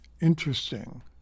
interesting